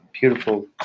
Beautiful